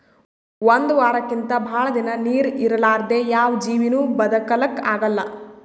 ಒಂದ್ ವಾರಕ್ಕಿಂತ್ ಭಾಳ್ ದಿನಾ ನೀರ್ ಇರಲಾರ್ದೆ ಯಾವ್ ಜೀವಿನೂ ಬದಕಲಕ್ಕ್ ಆಗಲ್ಲಾ